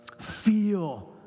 Feel